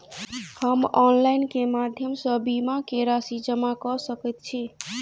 हम ऑनलाइन केँ माध्यम सँ बीमा केँ राशि जमा कऽ सकैत छी?